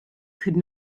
could